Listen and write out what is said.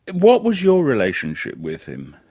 what was your relationship with him?